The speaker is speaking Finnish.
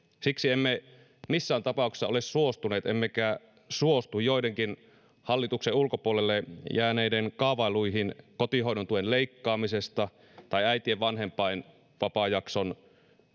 siksi emme missään tapauksessa ole suostuneet emmekä suostu joidenkin hallituksen ulkopuolelle jääneiden kaavailuihin kotihoidon tuen leikkaamisesta tai äitien vanhempainvapaajakson